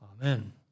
Amen